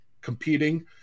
competing